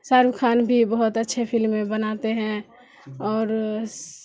شاہ رخ خان بھی بہت اچھے فلمیں بناتے ہیں اور